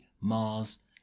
Mars